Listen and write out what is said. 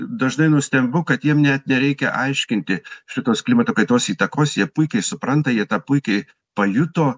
dažnai nustembu kad jiem net nereikia aiškinti šitos klimato kaitos įtakos jie puikiai supranta jie tą puikiai pajuto